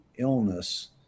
illness